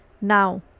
Now